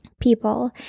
people